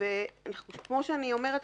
כפי שאני אומרת,